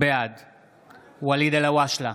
בעד ואליד אלהואשלה,